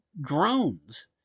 drones